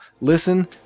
listen